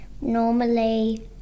normally